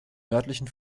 nördlichen